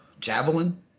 javelin